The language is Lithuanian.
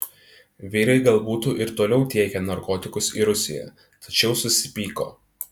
vyrai gal būtų ir toliau tiekę narkotikus į rusiją tačiau susipyko